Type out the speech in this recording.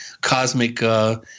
cosmic